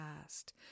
past